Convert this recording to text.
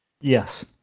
Yes